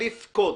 חליף קוד.